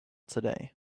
today